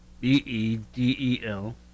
B-E-D-E-L